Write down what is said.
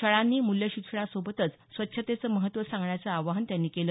शाळांनी मूल्यशिक्षणासोबतच स्वच्छतेचं महत्त्व सांगण्याचं आवाहन त्यांनी केलं